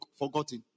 forgotten